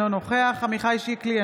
אינו נוכח עמיחי שיקלי,